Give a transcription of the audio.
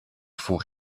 fours